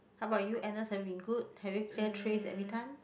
how about you Anas have you been good have you clear tray everytime